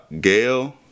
Gail